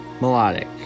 Melodic